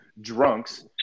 drunks